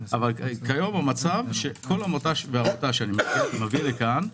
אבל כיום המצב שכל עמותה שנביא לכאן,